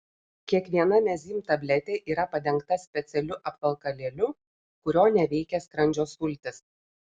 kiekviena mezym tabletė yra padengta specialiu apvalkalėliu kurio neveikia skrandžio sultys